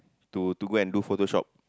to to go and do Photoshop